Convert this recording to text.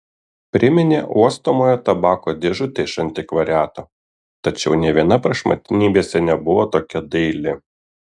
priminė uostomojo tabako dėžutę iš antikvariato tačiau nė viena prašmatnybėse nebuvo tokia daili